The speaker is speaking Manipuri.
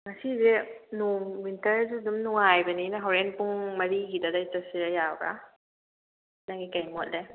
ꯉꯁꯤꯁꯦ ꯅꯣꯡ ꯋꯤꯟꯇꯔꯁꯨ ꯑꯗꯨꯝ ꯅꯨꯡꯉꯥꯏꯕꯅꯤꯅ ꯍꯧꯔꯦꯟ ꯄꯨꯡ ꯃꯔꯤꯒꯤꯗ ꯆꯠꯁꯦ ꯌꯥꯔꯕ꯭ꯔꯥ ꯅꯪꯒꯤ ꯀꯔꯤ ꯃꯣꯠ ꯂꯩ